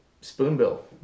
Spoonbill